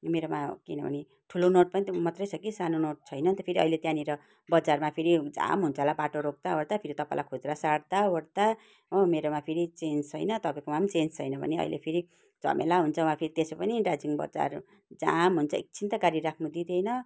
मेरोमा किनभने ठुलो नोट मात्रै छ कि सानो नोट छैन नि त फेरि अहिले त्यहाँनिर बजारमा फेरि जाम हुन्छ होला बाटोमा रोक्दाओर्दा फेरि तपाईँलाई खुद्रा साट्दाओर्दा हो मेरोमा फेरि चेन्ज छैन तपाईँकोमा चेन्ज छैन भने अहिले फेरि झमेला हुन्छ वा त्यसै पनि दार्जिलिङ बजार जाम हुन्छ एकछिन त गाडी राख्नु दिँदैन